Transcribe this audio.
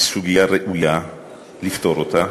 היא סוגיה שראוי לפתור אותה.